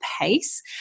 pace